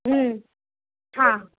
हां